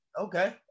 Okay